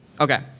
Okay